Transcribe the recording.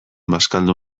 bazkaldu